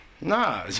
Nah